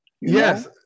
Yes